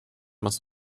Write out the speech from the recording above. must